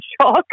shock